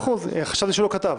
חשבתי שהוא לא כתב...